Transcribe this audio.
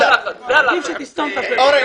יש לי 60%. עדיף שתסתום את הפה.